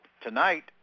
Tonight